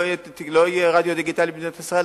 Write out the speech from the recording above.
לא יהיה רדיו דיגיטלי במדינת ישראל,